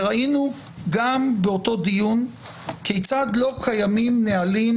וראינו באותו דיון גם כיצד לא קיימים נהלים,